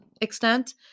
extent